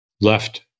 left